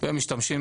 ומשתמשים